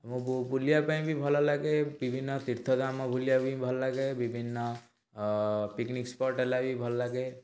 ମୁଁ ବୁଲିବା ପାଇଁ ବି ଭଲ ଲାଗେ ବିଭିନ୍ନ ତୀର୍ଥ ଧାମ ବୁଲିବା ପାଇଁ ଭଲ ଲାଗେ ବିଭିନ୍ନ ପିକ୍ନିକ୍ ସ୍ପଟ୍ ହେଲେ ବି ଭଲ ଲାଗେ